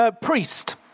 priest